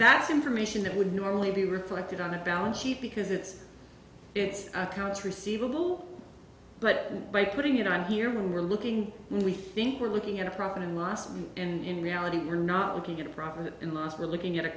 that's information that would normally be reflected on the balance sheet because it's it's accounts receivable but by putting it on here when we're looking we think we're looking at a profit and loss and in reality we're not looking at a profit and loss we're looking at a